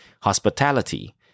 hospitality